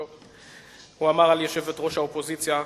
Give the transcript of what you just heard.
הוא אמר על יושבת-ראש האופוזיציה,